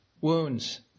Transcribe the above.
wounds